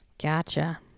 Gotcha